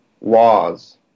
laws